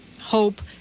hope